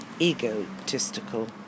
egotistical